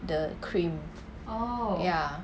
the cream ya